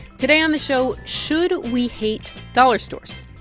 today on the show, should we hate dollar stores?